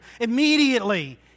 immediately